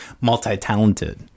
multi-talented